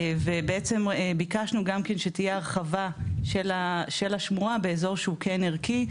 ובעצם ביקשנו גם כן שתהיה הרחבה של השמורה באזור שהוא כן ערכי,